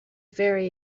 very